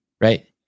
Right